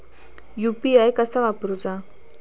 UPI कसा वापरूचा?